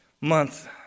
month